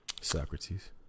Socrates